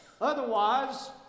Otherwise